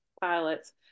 pilots